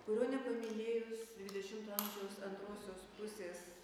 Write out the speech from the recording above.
kurio nepaminėjus dvidešimto amžiaus antrosios pusės